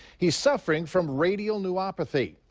he's suffering from radial neuropathy,